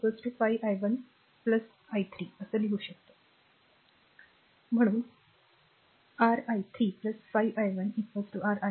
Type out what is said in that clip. तर हे असे i 1 5 i 1 i 3 तर मला आधी ते स्वच्छ करू द्या म्हणून r i 3 5 i 1 r i 1